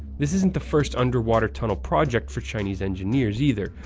this isn't the first underwater tunnel project for chinese engineers, either,